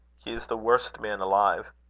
he is the worst man alive.